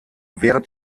während